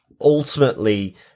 ultimately